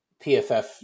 PFF